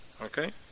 okay